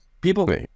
people